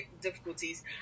difficulties